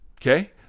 Okay